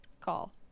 call